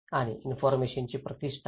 आणि इन्फॉरमेशनची प्रतिष्ठा